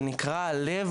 הוא עובד ונקרע הלב,